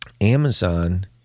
Amazon